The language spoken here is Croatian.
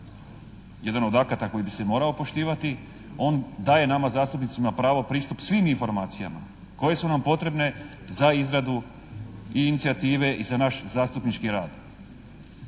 jedan od akata koji bi se morao poštivati, on daje nama zastupnicima pravo pristup svim informacijama koje su nam potrebne za izradu i inicijative i za naš zastupnički rad.